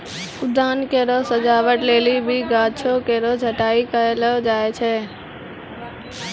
उद्यान केरो सजावट लेलि भी गाछो केरो छटाई कयलो जाय छै